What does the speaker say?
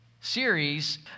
series